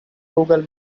google